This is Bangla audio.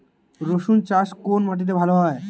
রুসুন চাষ কোন মাটিতে ভালো হয়?